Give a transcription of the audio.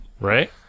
Right